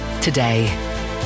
today